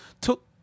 took